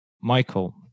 Michael